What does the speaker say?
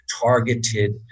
targeted